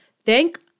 Thank